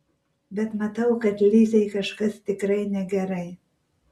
bet matau kad lizei kažkas tikrai negerai